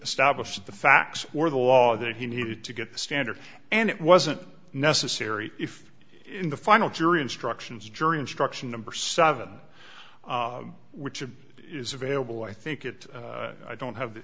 establish the facts or the law that he needed to get the standard and it wasn't necessary if in the final jury instructions jury instruction number seven which is available i think it i don't have